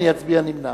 אני אצביע נמנע.